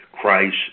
Christ